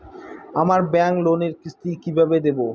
আমার ব্যাংক লোনের কিস্তি কি কিভাবে দেবো?